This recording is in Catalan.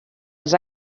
els